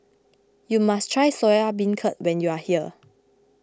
you must try Soya Beancurd when you are here